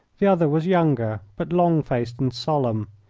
the other was younger, but long-faced and solemn.